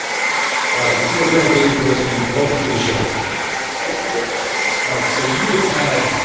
all right lieutenant colonel dave grossman, welcome to the show thank you, brett all right. so you have had,